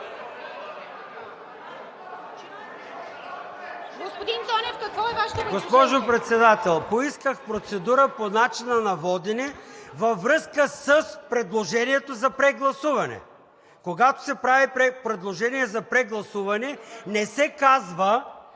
Господин Цонев, какво е Вашето предложение? ЙОРДАН ЦОНЕВ (ДПС): Госпожо Председател, поисках процедура по начина на водене във връзка с предложението за прегласуване. Когато се прави предложение за прегласуване, не се казва